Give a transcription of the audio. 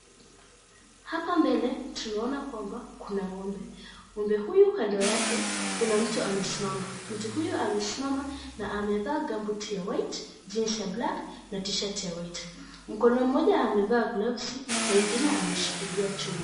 Hapa mbele tunaona kwamba kuna ngómbe.Ngómbe huyu kando yake kuna mtu amesimama. Mtu huyu amesimama na amevaa gumboot ya white , jeans ya black na T-shirt ya white. Mkono mmoja amevaa gloves na ingine ameshiikilia chuma.